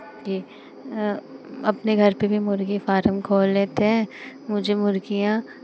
कि अपने घर पे भी मुर्गी फारम खोल लेते हैं मुझे मुर्गियाँ